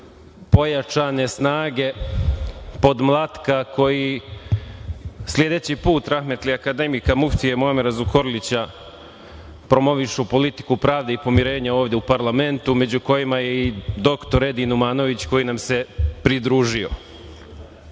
pojačane snage podmlatka koji sledeći put rahmeti akademika muftije Muamera Zukorlića promovišu politiku pravde i pomirenja ovde u parlamentu, među kojima je i dr Edin Numanović koji nam se pridružio. Javio